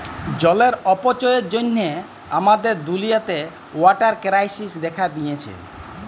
জলের অপচয়ের জ্যনহে আমাদের দুলিয়াতে ওয়াটার কেরাইসিস্ দ্যাখা দিঁয়েছে